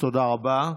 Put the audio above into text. תודה רבה.